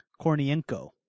Kornienko